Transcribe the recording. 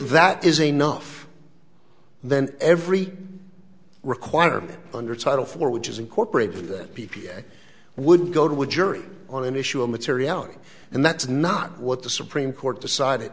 that is enough then every requirement under title four which is incorporated that p p s would go to a jury on an issue a materiality and that's not what the supreme court decided